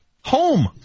Home